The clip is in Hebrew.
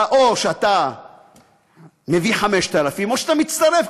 או שאתה מביא 5,000 או שאתה מצטרף,